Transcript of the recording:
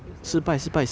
useless